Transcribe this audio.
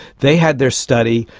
they had their study.